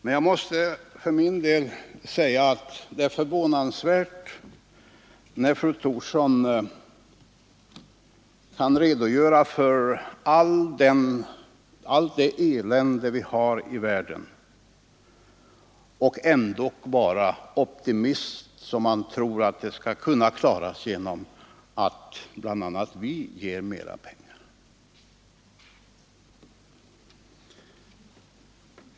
Men jag måste för min del säga att det är förvånansvärt att fru Thorsson kan redogöra för allt det elände vi har i världen och ändå vara optimist och tro att det hela skall kunna klaras genom att bl.a. vi ger mera pengar.